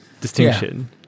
distinction